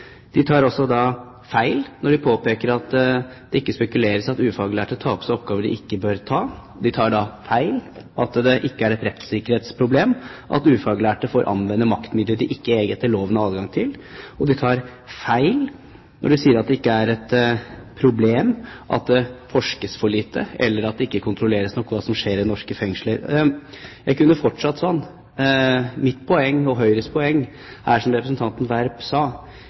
De tar også feil når de påpeker at ufaglærte tar på seg oppgaver de ikke bør ha. De tar feil i at det er et rettssikkerhetsproblem at ufaglærte får anvende maktmidler de ikke egentlig etter loven har adgang til. Og de tar feil når de sier at det er et problem at det forskes for lite, eller at det ikke kontrolleres nok det som skjer i norske fengsler. Jeg kunne ha fortsatt slik. Mitt og Høyres poeng er, som representanten Werp sa,